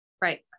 Right